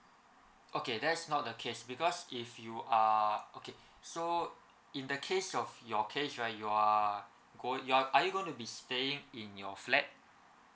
okay that is not the case because if you are okay so in the case of your case right you are go you are you going to be staying in your flat